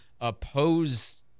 oppose